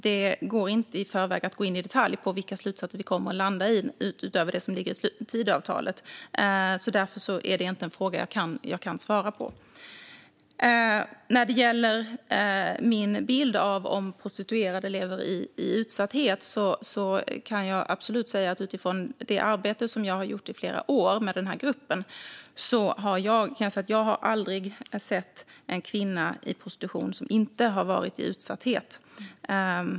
Det går inte att i förväg gå in i detaljer om vilka slutsatser vi kommer att landa i utöver det som ligger i Tidöavtalet. Därför är det inte en fråga jag kan svara på. När det gäller min bild av om prostituerade lever i utsatthet kan jag absolut säga utifrån det arbete som jag gjort i flera år med den här gruppen att jag aldrig har sett en kvinna i prostitution som inte varit i utsatthet.